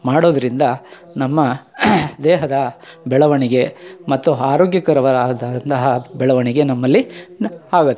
ಮಾಡೋದ್ರಿಂದ ನಮ್ಮ ದೇಹದ ಬೆಳವಣಿಗೆ ಮತ್ತು ಆರೋಗ್ಯಕರಬರವಾದಂತಹ ಬೆಳವಣಿಗೆ ನಮ್ಮಲ್ಲಿ ನ ಆಗುತ್ತೆ